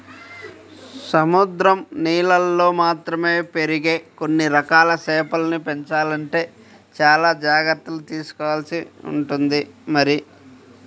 సముద్రం నీళ్ళల్లో మాత్రమే పెరిగే కొన్ని రకాల చేపల్ని పెంచాలంటే చానా జాగర్తలు తీసుకోవాల్సి ఉంటుంది మరి